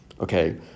okay